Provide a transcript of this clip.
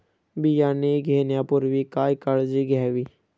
बियाणे घेण्यापूर्वी काय काळजी घ्यावी?